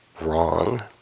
wrong